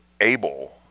able